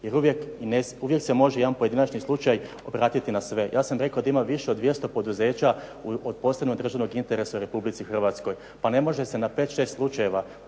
jer uvijek se može jedan pojedinačni slučaj obratiti na sve. Ja sam rekao da ima više od 200 poduzeća od posebnog državnog interesa u Republici Hrvatskoj. Pa ne može se u pet, šest slučajeva,